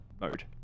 mode